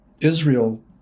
Israel